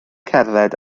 cerdded